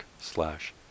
slash